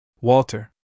Walter